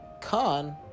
Con